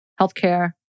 healthcare